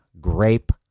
grape